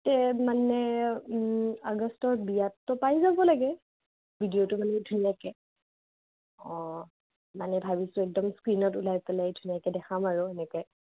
তে মানে আগষ্টত বিয়াততো পাই যাব লাগে ভিডিঅ'টো মানে ধুনীয়াকৈ অঁ মানে ভাবিছোঁ একদম স্ক্ৰীণত ওলাই পেলাই ধুনীয়াকৈ দেখাম আৰু এনেকৈ